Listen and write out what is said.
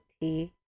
tea